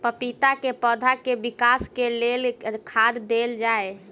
पपीता केँ पौधा केँ विकास केँ लेल केँ खाद देल जाए?